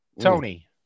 Tony